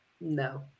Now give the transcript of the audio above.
no